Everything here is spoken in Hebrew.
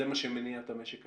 זה מה שמניע את המשק הישראלי.